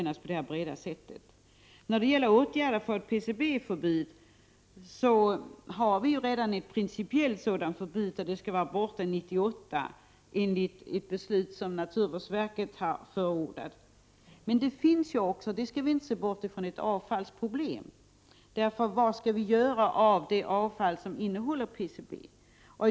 Då det gäller åtgärder för att få till stånd ett förbud mot PCB vill jag framhålla att vi redan har ett principiellt PCB-förbud, som innebär att ämnet PCB skall vara borta 1998 — detta enligt vad naturvårdsverket har förordat. Men det föreligger — och detta skall vi inte bortse från — ett avfallsproblem. Vad skall vi göra med det avfall som innehåller PCB?